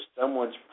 someone's